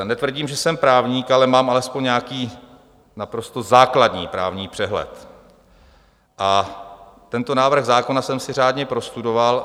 Netvrdím, že jsem právník, ale mám alespoň nějaký základní právní přehled a tento návrh zákona jsem si řádně prostudoval.